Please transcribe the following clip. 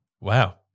Wow